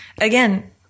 again